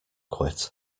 quit